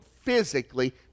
physically